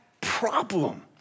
problem